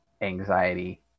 anxiety